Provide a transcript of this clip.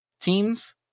Teams